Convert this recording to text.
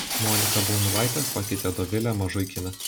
moniką baumilaitę pakeitė dovilė mažuikienė